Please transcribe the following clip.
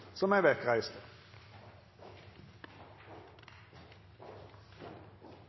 som er